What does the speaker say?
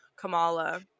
kamala